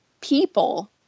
people